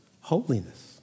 Holiness